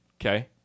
Okay